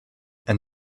and